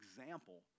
example